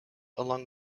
along